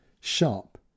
sharp